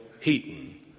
Heaton